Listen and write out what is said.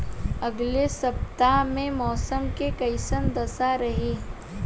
अलगे सपतआह में मौसम के कइसन दशा रही?